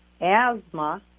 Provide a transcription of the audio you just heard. asthma